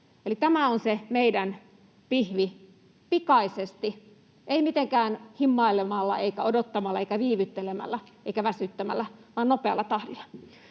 tämä on se meidän pihvi: pikaisesti — ei mitenkään himmailemalla eikä odottamalla eikä viivyttelemällä eikä väsyttämällä vaan nopealla tahdilla.